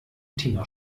tina